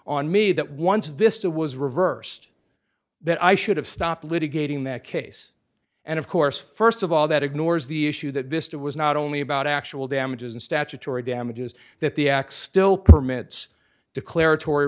on me that once vista was reversed that i should have stopped litigating that case and of course first of all that ignores the issue that vista was not only about actual damages and statutory damages that the acts still permits declarator